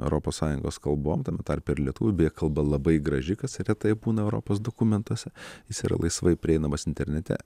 europos sąjungos kalbom tame tarpe ir lietuvių beje kalba labai graži kas retai būna europos dokumentuose jis yra laisvai prieinamas internete